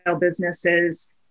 businesses